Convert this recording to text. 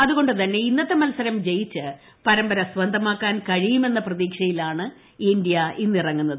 അതുകൊണ്ടുതന്നെ ഇന്നത്തെ മത്സരം ജയിച്ച് പ്രപ്രമ്പര സ്വന്തമാക്കാൻ കഴിയുമെന്ന പ്രതീക്ഷയിലാണ് ഇന്ത്യ് ഇന്നിറങ്ങുന്നത്